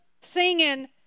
singing